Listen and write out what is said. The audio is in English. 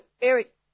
Eric